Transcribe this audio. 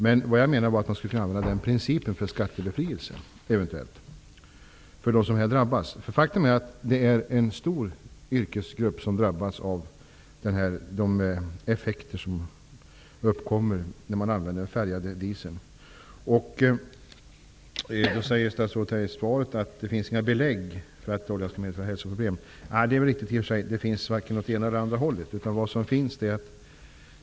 Men jag menar att man eventuellt skulle kunna tillämpa samma princip för skattebefrielse. Det är en stor yrkesgrupp som drabbas av de effekter som uppkommer vid användandet av den färgade dieseln. I svaret säger statsrådet att det inte finns några belägg för att den märkta oljan skulle medföra hälsoproblem. Det är i och för sig riktigt. Det finns inga belägg som pekar vare sig i den ena eller den andra riktningen.